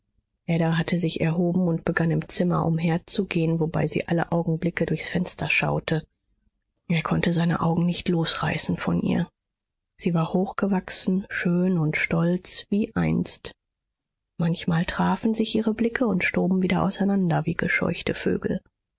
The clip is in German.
ada hatte sich erhoben und begann im zimmer umherzugehen wobei sie alle augenblicke durchs fenster schaute er konnte seine augen nicht losreißen von ihr sie war hochgewachsen schön und stolz wie einst manchmal trafen sich ihre blicke und stoben wieder auseinander wie gescheuchte vögel